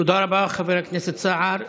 תודה רבה, חבר הכנסת סער.